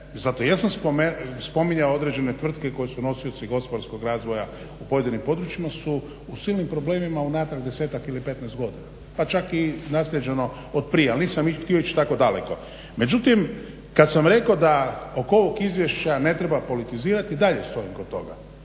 Zato jesam spominjao određene tvrtke koje su nosioci gospodarskog razvoja u pojedinim područjima su u silnim problemima unatrag 10-tak ili 15 godina, pa čak i naslijeđeno od prije ali nisam htio ići tako daleko. Međutim, kad sam rekao da oko ovog izvješća ne treba politizirati i dalje stojim kod toga,